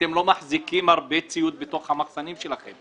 אתם לא מחזיקים הרבה ציוד בתוך המחסנים שלכם,